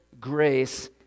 grace